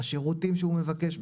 השירותים שהוא מבקש,